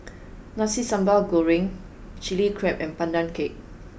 nasi sambal goreng chilli crab and pandan cake